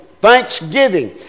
thanksgiving